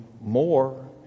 more